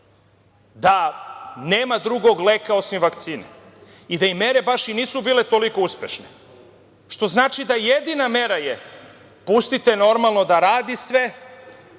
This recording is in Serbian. da nema drugog leka osim vakcine i da im mere baš i nisu bile toliko uspešne, što znači da je jedina mera – pustite normalno da radi sve,